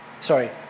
Sorry